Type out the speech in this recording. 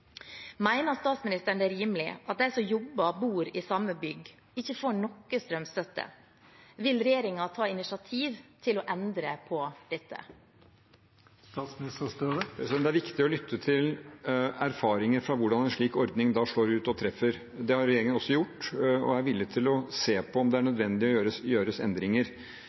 statsministeren det er rimelig at de som jobber og bor i samme bygg, ikke får noe strømstøtte? Vil regjeringen ta initiativ til å endre på dette? Det er viktig å lytte til erfaringer fra hvordan en slik ordning slår ut og treffer. Det har regjeringen også gjort, og den er villig til å se på om det er nødvendig at det gjøres endringer.